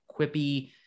quippy